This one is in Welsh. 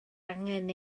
angen